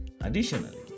Additionally